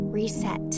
Reset